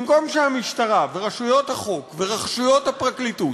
במקום שהמשטרה ורשויות החוק ורשויות הפרקליטות